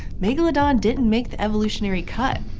megalodon didn't make the evolutionary cut.